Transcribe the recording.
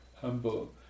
humble